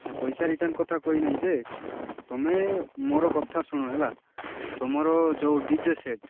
ନା ପଇସା ରିଟର୍ନ କଥା କହିନାହିଁ ଯେ ତମେ ମୋର କଥା ଶୁଣ ହେଲା ତମର ଯେଉଁ ଡ଼ି ଜେ ସେଟ୍